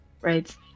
right